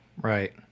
Right